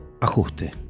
Ajuste